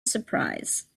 surprise